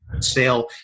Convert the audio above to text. sale